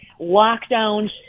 lockdowns